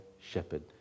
shepherd